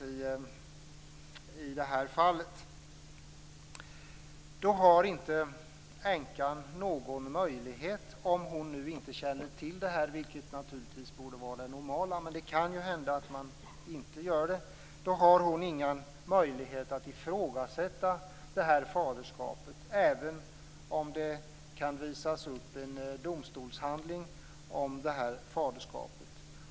Om änkan inte känner till barnet - vilket naturligtvis borde vara det normala, men det kan ju hända att hon inte gör det - har hon inte någon möjlighet att ifrågasätta faderskapet, även om det kan visas upp en domstolshandling om det.